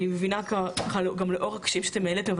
אני מבינה גם לאור הקשיים שאתם העליתם,